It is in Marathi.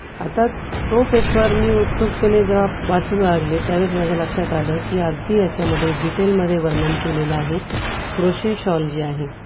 आता तो पेपर मी उत्सुकतेने जेव्हा वाचू लागले त्यावेळेस माझ्या लक्षात आलं की अगदी याच्यामध्ये डिटेलमध्ये वर्णन केलेलं आहे क्रोशे शॉल जी आहे